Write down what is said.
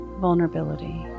vulnerability